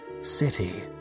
City